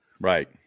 Right